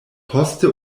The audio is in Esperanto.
poste